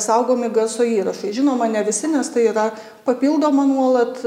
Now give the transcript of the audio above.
saugomi garso įrašai žinoma ne visi nes tai yra papildoma nuolat